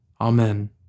Amen